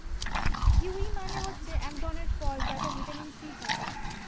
kiwi মানে হচ্ছে এক ধরণের ফল যাতে ভিটামিন সি থাকে